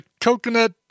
coconut